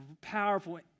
powerful